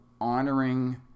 honoring